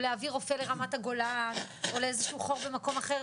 או להעביר רופא לרמת הגולן או לאיזה שהוא חור במקום אחר.